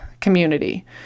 community